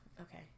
Okay